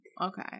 Okay